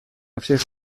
všech